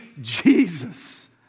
Jesus